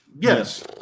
yes